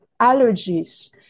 allergies